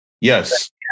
Yes